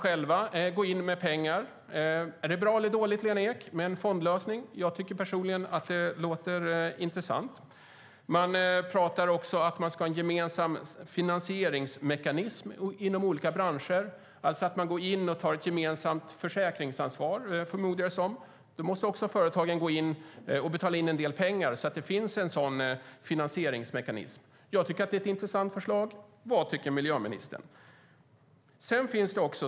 Är det bra eller dåligt med en fondlösning, Lena Ek? Jag tycker personligen att det låter intressant. Man talar också om en gemensam finansieringsmekanism inom olika branscher. Jag förmodar att det innebär ett gemensamt försäkringsansvar. Då måste också företagen betala in en del pengar. Jag tycker att det är ett intressant förslag. Vad tycker miljöministern?